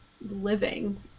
living